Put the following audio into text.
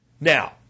Now